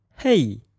hey